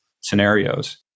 scenarios